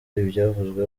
ibyavuzwe